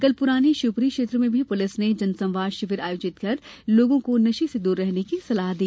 कल पुरानी शिवपुरी क्षेत्र में भी पुलिस ने जनसंवाद शिविर आयोजित कर लोगों को नशे से दूर रहने की सलाह दी